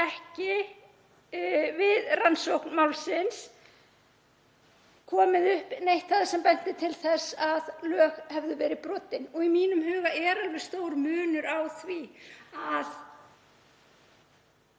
hafi við rannsókn málsins komið upp neitt það sem benti til þess að lög hefðu verið brotin. Í mínum huga er stór munur á því að